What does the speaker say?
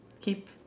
keep